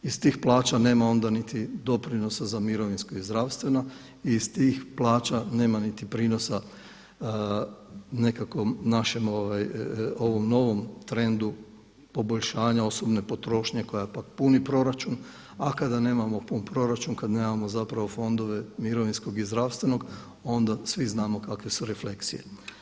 Iz tih plaća nema onda niti doprinosa za mirovinsko i zdravstveno i iz tih plaća nema niti prinosa nekakvom našem ovom novom trendu poboljšanja osobne potrošnje koja pak puni proračun, a kada nemamo pun proračun, kad nemamo zapravo fondove mirovinskog i zdravstvenog onda svi znamo kakve su refleksije.